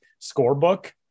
scorebook